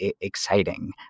exciting